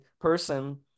person